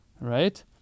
right